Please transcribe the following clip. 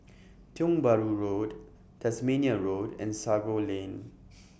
Tiong Bahru Road Tasmania Road and Sago Lane